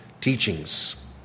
teachings